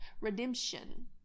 redemption